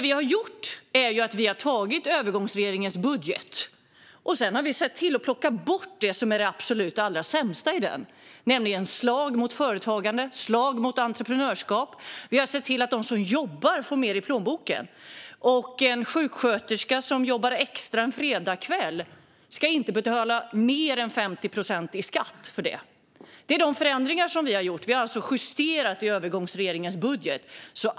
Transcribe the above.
Vi tog helt enkelt övergångsregeringens budget och plockade därifrån bort det absolut sämsta. Det handlade om slag mot företagande och entreprenörskap. Vi har sett till att de som jobbar får mer i plånboken. En sjuksköterska som jobbar extra en fredagskväll ska inte betala mer än 50 procent i skatt för det. Det är dessa förändringar vi har gjort. Vi har alltså justerat i övergångsregeringens budget.